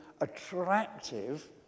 attractive